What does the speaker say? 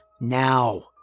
now